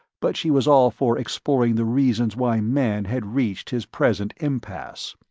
but she was all for exploring the reasons why man had reached his present impasse.